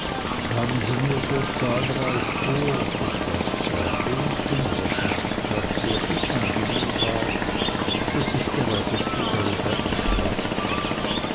kamen sie mir so zahlreich vor obgleich zwei fehlten was mrs crupp sehr unangenehm war daß ich geradezu darüber erschrak